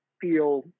feel